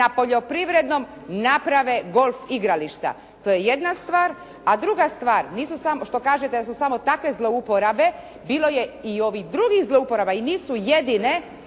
na poljoprivrednom naprave golf igrališta. To je jedna stvar, a druga stvar nisu samo, što kažete da su samo takve zlouporabe, bilo je i ovih drugih zlouporaba i nisu jedine